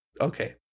Okay